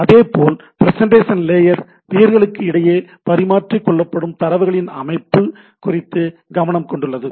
அதேபோல் presentation layer பியர்ஸ்களுக்கிடையே பரிமாறிக்கொள்ளப்படும் தரவுகளின் அமைப்பு குறித்து கவனம் கொண்டுள்ளது